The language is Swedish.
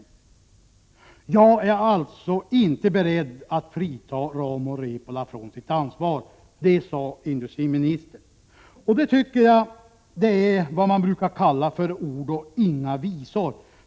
Industriministern sade vidare att han inte var beredd att frita Rauma-Repola från sitt ansvar. Detta tycker jag är vad man brukar kalla ord och inga visor.